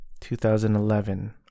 2011